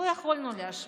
לא יכולנו להשוות,